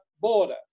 Border